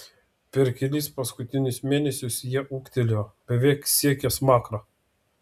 per kelis paskutinius mėnesius jie ūgtelėjo beveik siekė smakrą